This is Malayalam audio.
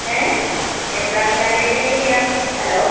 ഏ എത്രാം സ്റ്റാൻഡേർഡിലേക്ക് ഒക്കെ ആണ് ഹലോ